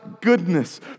goodness